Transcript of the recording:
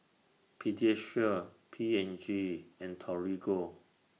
Pediasure P and G and Torigo